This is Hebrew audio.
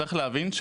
צריך להבין,